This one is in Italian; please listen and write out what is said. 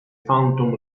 phantom